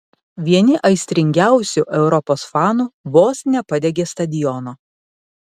vieni aistringiausių europos fanų vos nepadegė stadiono